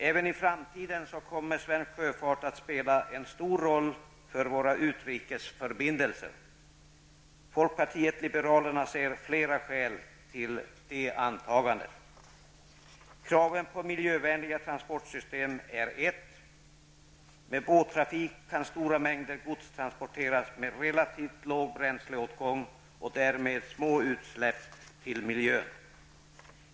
Även i framtiden kommer svensk sjöfart att spela en stor roll för våra utrikesförbindelser. Folkpartiet liberalerna ser flera skäl till det antagandet. Kraven på miljövänliga transportsystem är ett. Med båttrafik kan stora mängder gods transporteras med relativt låg bränsleåtgång och därmed små utläpp till miljön.